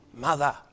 Mother